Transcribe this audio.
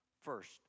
First